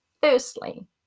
Firstly